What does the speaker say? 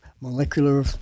molecular